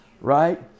right